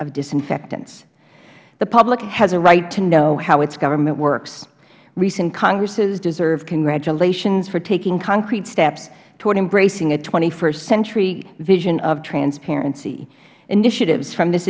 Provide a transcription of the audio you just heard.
of disinfectants the public has a right to know how its government works recent congresses deserve congratulations for taking concrete steps toward embracing a st century vision of transparency initiatives from this